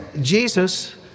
Jesus